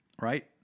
right